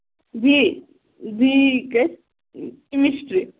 B B criss English trip